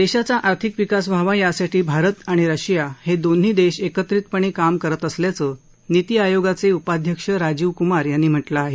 देशाचा आर्थिक विकास व्हावा यासाठी भारत आणि रशिया हे दोन्ही देश एकत्रितपणे काम करत असल्याचं निती आयोगाचे उपाध्यक्ष राजीव कुमार यांनी म्हटलं आहे